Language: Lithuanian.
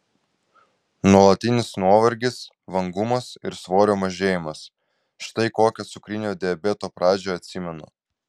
nuolatinis nuovargis vangumas ir svorio mažėjimas štai kokią cukrinio diabeto pradžią atsimenu